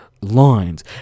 lines